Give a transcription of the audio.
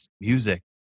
music